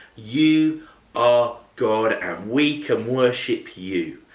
you are god and we can worship you.